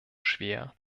schwer